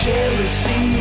Jealousy